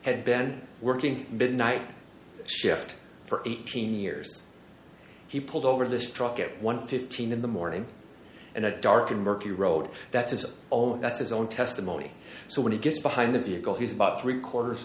had been working midnight shift for eighteen years he pulled over this truck at one fifteen in the morning in a darkened murky road that is owned that's his own testimony so when he gets behind the vehicle he's about three quarters